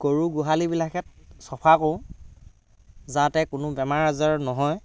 গৰু গোহালিবিলাকহেঁত চফা কৰোঁ যাতে কোনো বেমাৰ আজাৰ নহয়